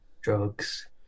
drugs